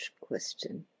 question